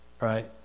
right